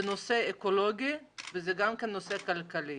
זה נושא אקולוגי וזה גם נושא כלכלי.